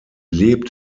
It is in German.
lebt